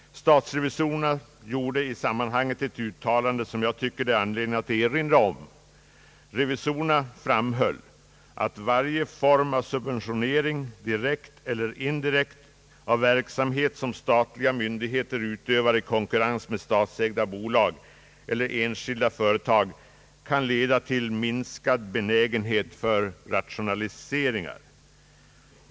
Statsrevisorerna gjorde i sammanhanget ett uttalande som jag tycker det är anledning att erinra om. Revisorerna framhöll att varje form av subventionering direkt eller indirekt av verksamhet som statliga myndigheter utövar i konkurrens med statsägda bolag eller enskilda företag kan leda till minskad benägenhet för rationaliseringar.